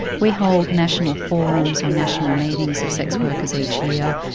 we hold national forums or national meetings of sex workers each year,